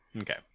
okay